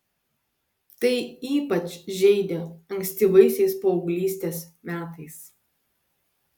tai ypač žeidė ankstyvaisiais paauglystės metais